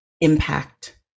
impact